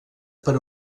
per